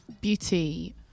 beauty